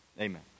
amen